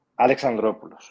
alexandropoulos